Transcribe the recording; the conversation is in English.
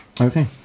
Okay